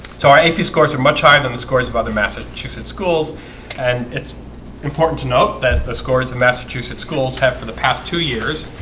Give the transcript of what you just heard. so our ap scores are much higher than the scores of other massachusetts schools and it's important to note that the scores in massachusetts schools have for the past two years